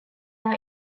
are